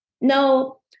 no